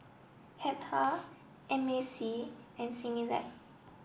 Habhal M A C and Similac